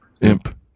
Imp